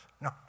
no